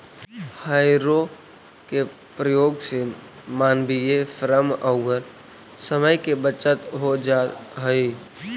हौरो के प्रयोग से मानवीय श्रम औउर समय के बचत हो जा हई